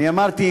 אני אמרתי,